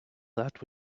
that